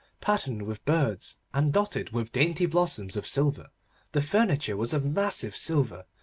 patterned with birds and dotted with dainty blossoms of silver the furniture was of massive silver,